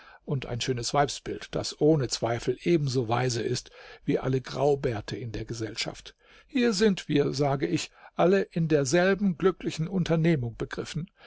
und ein schönes weibsbild das ohne zweifel ebenso weise ist wie alle graubärte in der gesellschaft hier sind wir sage ich alle in derselben glücklichen unternehmung begriffen